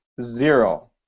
zero